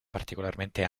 particolarmente